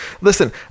Listen